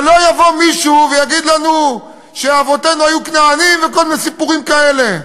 ולא יבוא מישהו ויגיד לנו שאבותינו היו כנענים וכל מיני סיפורים כאלה.